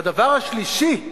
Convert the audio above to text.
והדבר השלישי,